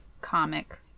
comic